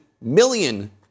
million